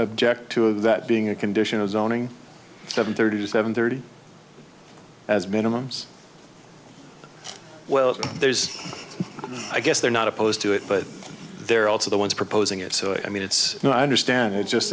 object to that being a condition of zoning seven thirty seven thirty as minimums well there's i guess they're not opposed to it but they're also the ones proposing it so i mean it's you know i understand it's just